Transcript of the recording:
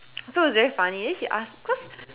so it's very funny then she asked cause